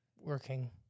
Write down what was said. Working